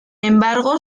embargo